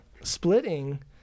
splitting